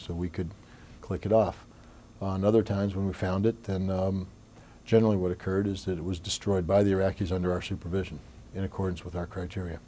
so we could click it off and other times when we found it then generally what occurred is that it was destroyed by the iraqis under our supervision in accordance with our criteria